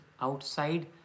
outside